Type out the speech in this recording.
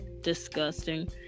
disgusting